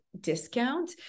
discount